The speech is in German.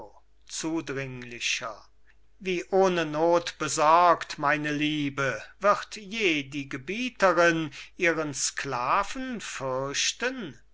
zudringlicher wie ohne not besorgt meine liebe wird je die gebieterin ihren sklaven fürchten